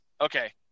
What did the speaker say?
Okay